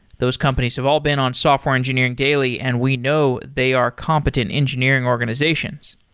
those companies have all been on software engineering daily, and we know they are competent engineering organizations.